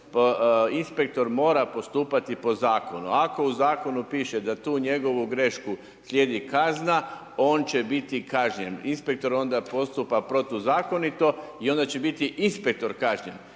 inspektor mora postupati po zakonu. Ako u zakonu piše da za tu njegovu grešku slijedi kazna, on će biti kažnjen, inspektor onda postupa protuzakonito i onda će biti inspektor kažnjen